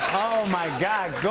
oh, my god. go